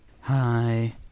Hi